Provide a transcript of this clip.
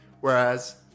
Whereas